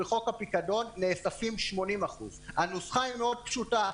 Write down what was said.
בחוק הפיקדון נאספים 80%. הנוסחה היא מאוד פשוטה.